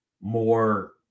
more